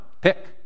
Pick